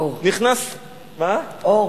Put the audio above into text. אור.